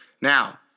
Now